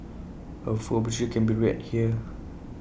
her full obituary can be read here